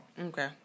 Okay